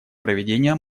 проведение